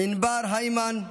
ענבר הימן,